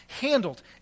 handled